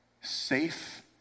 safe